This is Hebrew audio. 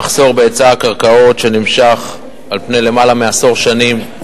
המחסור בהיצע הקרקעות שנמשך על פני למעלה מעשר שנים,